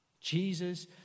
Jesus